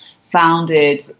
founded